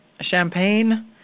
Champagne